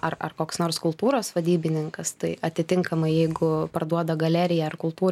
ar ar koks nors kultūros vadybininkas tai atitinkamai jeigu parduoda galerija ar kultū